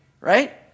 right